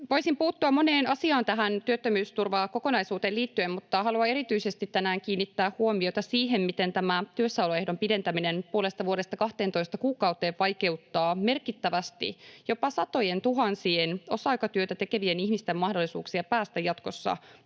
Voisin puuttua moneen työttömyysturvan kokonaisuuteen liittyvään asiaan, mutta haluan tänään kiinnittää erityisesti huomiota siihen, miten tämä työssäoloehdon pidentäminen puolesta vuodesta 12 kuukauteen vaikeuttaa merkittävästi jopa satojentuhansien osa-aikatyötä tekevien ihmisten mahdollisuuksia päästä jatkossa